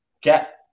get